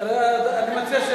אני מציע,